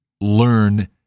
learn